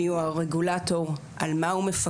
מי הוא הרגולטור, על מה הוא מפקח,